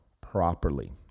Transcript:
properly